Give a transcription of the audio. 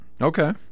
Okay